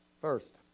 First